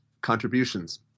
contributions